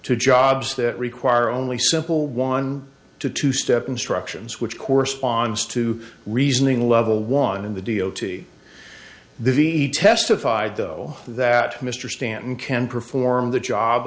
to jobs that require only simple one to two step instructions which corresponds to reasoning level one in the d o t the testify i though that mr stanton can perform the job